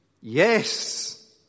Yes